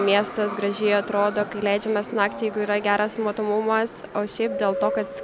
miestas gražiai atrodo kai leidžiamės naktį jeigu yra geras matomumas o šiaip dėl to kad